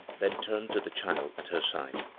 then turned to the child at her side.